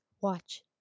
Watch